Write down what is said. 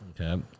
Okay